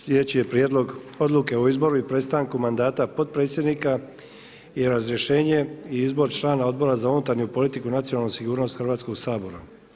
Sljedeći je Prijedlog odluke o izboru i prestanku mandata potpredsjednika i razrješenje i izbor člana Odbora za unutarnju politiku i nacionalnu sigurnost Hrvatskoga sabora.